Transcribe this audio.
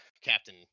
Captain